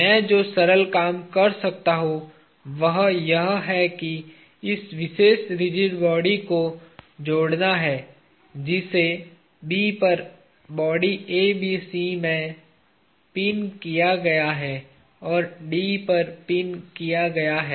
मैं जो सरल काम कर सकता हूं वह यह है कि इस विशेष रिजिड बॉडी को जोड़ना है जिसे B पर बॉडी ABC में पिन किया गया है और D पर पिन किया गया है